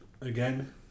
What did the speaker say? again